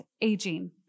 aging